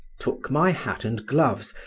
took my hat and gloves,